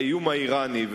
האיום האירני.